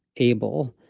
able,